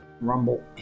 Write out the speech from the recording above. Rumble